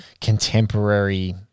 contemporary